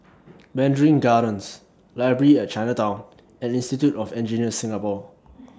Mandarin Gardens Library At Chinatown and Institute of Engineers Singapore